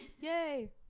Yay